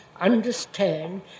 understand